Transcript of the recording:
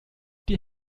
die